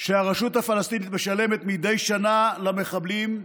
שהרשות הפלסטינית משלמת מדי שנה למחבלים,